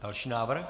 Další návrh.